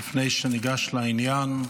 לפני שניגש לעניין,